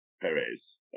Perez